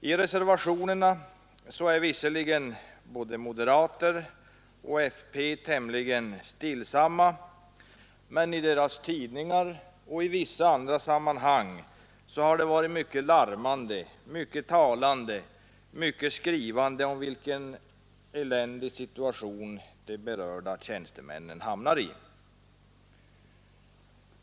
I reservationerna är visserligen både moderater och folkpartister tämligen stillsamma, men i deras tidningar och i vissa andra sammanhang har det varit mycket larmande, mycket talande och skrivande om vilken eländig situation de berörda tjänstemännen hamnar i.